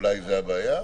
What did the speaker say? אולי זו הבעיה?